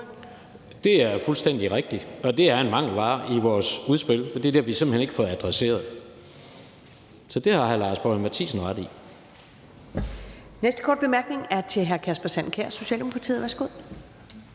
Det er fuldstændig rigtigt. Det er en mangelvare i vores udspil, for det har vi simpelt hen ikke fået adresseret. Så det har hr. Lars Boje Mathiesen ret i.